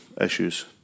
issues